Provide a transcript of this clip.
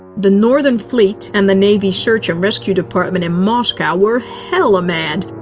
the northern fleet and the navy search-and-rescue department in moscow were hella mad.